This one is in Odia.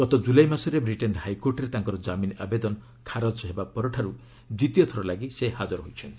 ଗତ ଜୁଲାଇ ମାସରେ ବ୍ରିଟେନ୍ ହାଇକୋର୍ଟରେ ତାଙ୍କର ଜାମିନ୍ ଆବେଦନ ଖାରଜ ହେବା ପରଠାରୁ ଦ୍ୱିତୀୟଥର ଲାଗି ସେ ହାଜର ହୋଇଛନ୍ତି